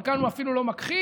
אבל כאן הוא אפילו לא מכחיש,